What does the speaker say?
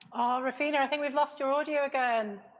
ruphina, i think we've lost your audio again.